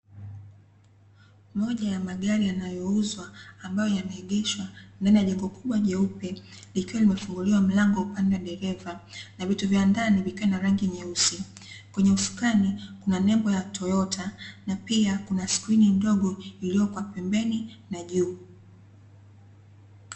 Moja ya magari yanayouzwa ambayo yameegeshwa ndani ya jengo kubwa jeupe, likiwa limefunguliwa mlango upande wa dereva na vitu vya ndani vikiwa na rangi nyeusi. Kwenye usukani kuna nembo ya Toyota na pia kuna skrini ndogo iliyo kwa pembeni na juu.